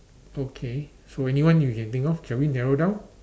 okay so anyone you can think of can we narrow down